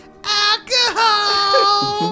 Alcohol